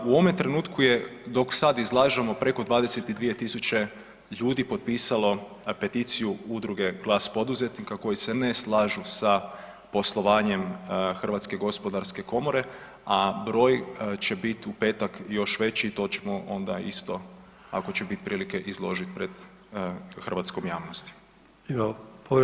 U ovome trenutku je dok sada izlažemo preko 22000 ljudi potpisalo peticiju Udruge Glas poduzetnika koji se ne slažu sa poslovanjem Hrvatske gospodarske komore, a broj će biti u petak još veći i to ćemo onda isto ako će biti prilike izložiti pred hrvatskom javnosti.